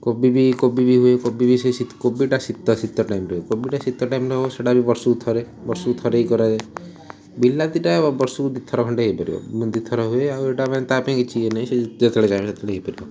କୋବି ବି କୋବି ହୁଏ କୋବି ବି ସେ କୋବିଟା ଶୀତ ଶୀତ ଟାଇମ୍ରେ କୋବିଟା ଶୀତ ଟାଇମ୍ରେ ହେବ ସେଇଟା ବି ବର୍ଷକୁ ଥରେ ବର୍ଷକୁ ଥରେ ହି କରାଯାଏ ବିଲାତିଟା ବର୍ଷକୁ ଦୁଇଥର ଖଣ୍ଡେ ହେଇପାରିବ ଦୁଇଥର ହୁଏ ଆଉ ଏ'ଟା ମାନେ ତା ପାଇଁ କିଛି ଇଏ ନାଇଁ ସେ ଯେତେବେଳେ ଚାହିଁଲେ ସେତେବେଳେ ହେଇପାରିବ